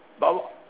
but what